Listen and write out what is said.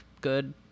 Good